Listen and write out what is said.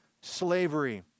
slavery